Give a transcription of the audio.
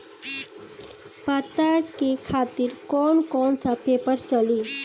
पता के खातिर कौन कौन सा पेपर चली?